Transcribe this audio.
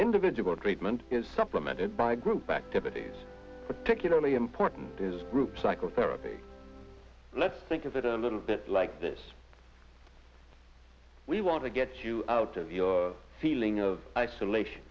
individual treatment is supplemented by group activities particularly important is group psychotherapy let's think of it a little bit like this we want to get you out of your feeling of isolation